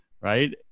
right